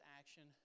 action